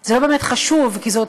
אבל זה לא באמת חשוב, כי זאת